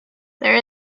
there